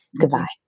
Goodbye